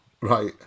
Right